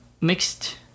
mixed